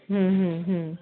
হুম হুম হুম